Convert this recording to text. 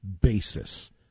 basis